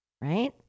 right